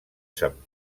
sant